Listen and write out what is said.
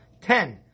Ten